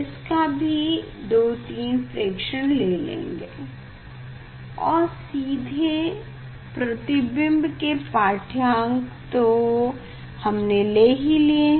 इसका भी 2 3 प्रेक्षण लेंगे और सीधे प्रतिबिंब के पाढ़्यांक तो हमने ले ही लिया है